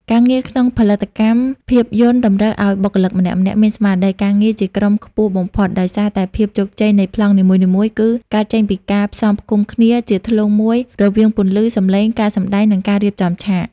ការងារក្នុងផលិតកម្មភាពយន្តតម្រូវឱ្យបុគ្គលម្នាក់ៗមានស្មារតីការងារជាក្រុមខ្ពស់បំផុត ដោយសារតែភាពជោគជ័យនៃប្លង់នីមួយៗគឺកើតចេញពីការផ្សំផ្គុំគ្នាជាធ្លុងមួយរវាងពន្លឺ សំឡេង ការសម្ដែង និងការរៀបចំឆាក។